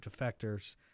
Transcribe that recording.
defectors